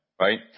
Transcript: Right